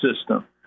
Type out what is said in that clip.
system